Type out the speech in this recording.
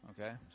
okay